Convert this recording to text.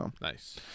nice